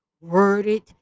worded